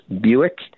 Buick